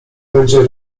będzie